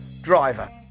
driver